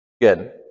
Good